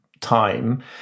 time